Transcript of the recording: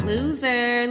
Loser